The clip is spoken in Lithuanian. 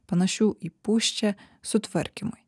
panašių į pusčią sutvarkymui